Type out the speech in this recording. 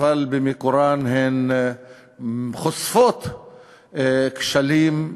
אבל במקורן הן חושפות כשלים,